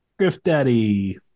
griftdaddy